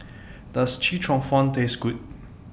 Does Chee Cheong Fun Taste Good